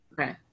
okay